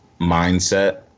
mindset